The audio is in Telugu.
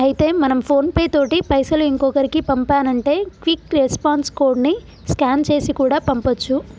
అయితే మనం ఫోన్ పే తోటి పైసలు ఇంకొకరికి పంపానంటే క్విక్ రెస్పాన్స్ కోడ్ ని స్కాన్ చేసి కూడా పంపొచ్చు